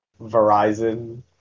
Verizon